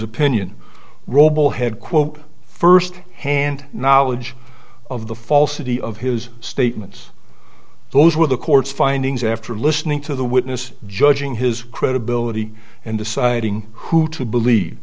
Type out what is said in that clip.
opinion robel had quote first hand knowledge of the falsity of his statements those were the court's findings after listening to the witness judging his credibility and deciding who to believe